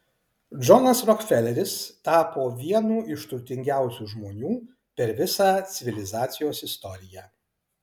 džonas rokfeleris tapo vienu iš turtingiausių žmonių per visą civilizacijos istoriją